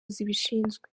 zibishinzwe